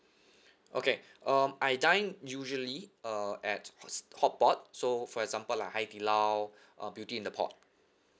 okay um I dine usually uh at hots~ hotpot so for example like hai di lao uh beauty in the pot